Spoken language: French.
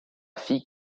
fille